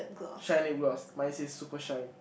shine lip gloss mine says super shine